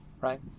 right